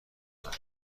کنم